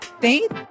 faith